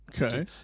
Okay